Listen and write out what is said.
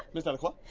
miss delacroix?